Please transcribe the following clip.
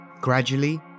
Gradually